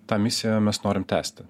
tą misiją mes norim tęsti